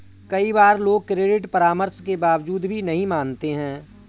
कई बार लोग क्रेडिट परामर्श के बावजूद भी नहीं मानते हैं